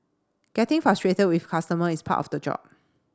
getting frustrated with customer is part of the job